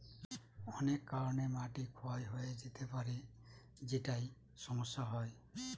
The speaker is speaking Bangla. অনেক কারনে মাটি ক্ষয় হয়ে যেতে পারে যেটায় সমস্যা হয়